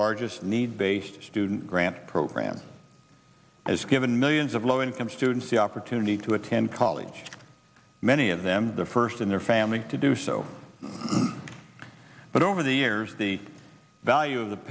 largest need based student grant program has given millions of low income students the opportunity to attend college many of them the first in their family to do so but over the years the value of the